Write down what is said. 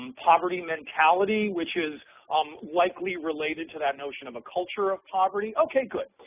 and poverty mentality, which is um likely related to that notion of a culture of poverty. okay, good.